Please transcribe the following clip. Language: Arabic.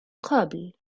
قبل